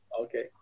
Okay